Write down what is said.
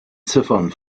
ziffern